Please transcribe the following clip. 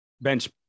bench